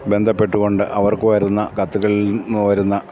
ബന്ധപ്പെട്ടുകൊണ്ട് അവർക്ക് വരുന്ന കത്തകളിൽ നിന്ന് വരുന്ന